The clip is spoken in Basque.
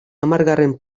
hamargarren